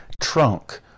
trunk